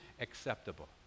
acceptable